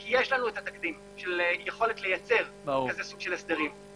כי יש לנו את התקדים של יכולת לייצר סוג כזה של הסדרים.